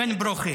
איפה ברוכי?